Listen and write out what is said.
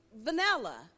vanilla